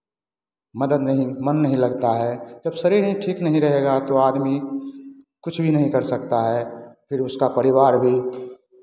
मदद नहीं मन नहीं लगता है जब शरीर ही ठीक नहीं रहेगा तो आदमी कुछ भी नहीं कर सकता है फिर उसका परिवार भी